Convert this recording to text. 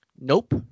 nope